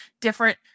different